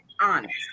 honest